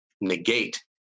negate